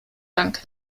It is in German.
bank